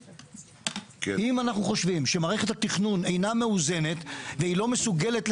אם אנחנו חושבים שמערכת התכנון אינה מאוזנת והיא לא מסוגלת,